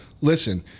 listen